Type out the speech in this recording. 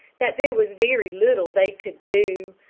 that there was very little they could do.